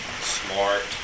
smart